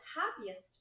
happiest